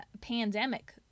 pandemic